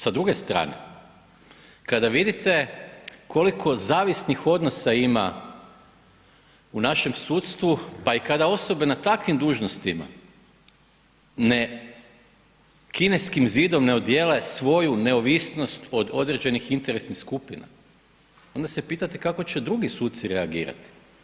Sa druge strane, kada vidite koliko zavisnih odnosa ima u našem sudstvu pa i kada osobe na takvim dužnostima ne Kineskim zidom ne odjele svoju neovisnost od određenih interesnih skupina, onda se pitate kako će drugi suci reagirati?